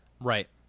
Right